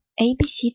ABC